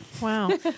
Wow